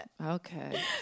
okay